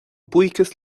buíochas